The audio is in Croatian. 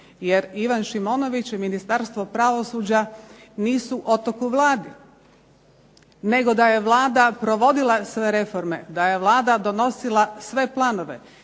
Jer Ivan Šimonović i Ministarstvo pravosuđa nisu otok u Vladi, nego da je Vlada provodila sve reforme, da je Vlada donosila sve planove,